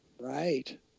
Right